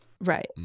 Right